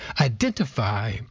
identify